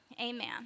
amen